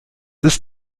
ist